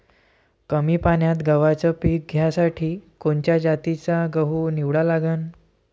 कमी पान्यात गव्हाचं पीक घ्यासाठी कोनच्या जातीचा गहू निवडा लागन?